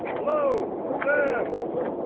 hello, sams!